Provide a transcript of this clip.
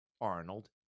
Arnold